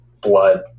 blood